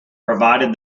provided